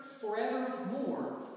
forevermore